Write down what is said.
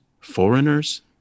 foreigners